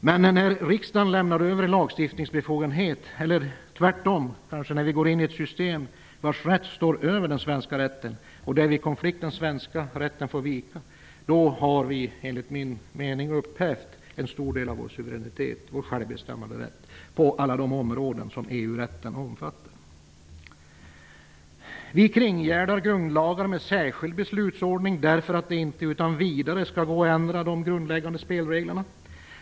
Men när riksdagen lämnar över en lagstiftningsbefogenhet eller tvärtom när vi går in i ett system vars rätt står över den svenska rätten och där vid en konflikt den svenska rätten får vika då har vi, enligt min mening, upphävt en stor del av vår suveränitet och vår självbestämmanderätt på alla de områden EU-rätten omfattar. Vi kringgärdar grundlagar med en särskild beslutsordning därför att det inte utan vidare skall gå att ändra de grundläggande spelreglerna.